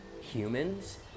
humans